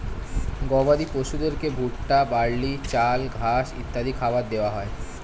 গবাদি পশুদেরকে ভুট্টা, বার্লি, চাল, ঘাস ইত্যাদি খাবার দেওয়া হয়